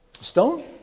stone